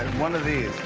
one of these.